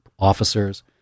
Officers